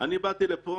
אני באתי לפה